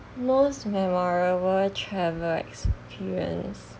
most memorable travel experience